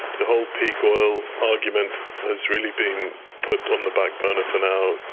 the whole peak oil argument has really been put on the backburner for now.